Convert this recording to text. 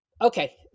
Okay